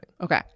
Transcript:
Okay